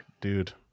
dude